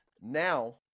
now